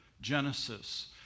Genesis